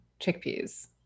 chickpeas